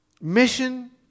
mission